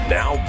now